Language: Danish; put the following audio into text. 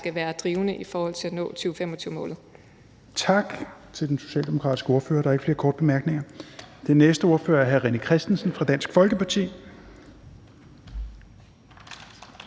næstformand (Rasmus Helveg Petersen): Tak til den socialdemokratiske ordfører. Der er ikke flere korte bemærkninger. Den næste ordfører er hr. René Christensen fra Dansk Folkeparti.